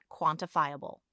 quantifiable